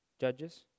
judges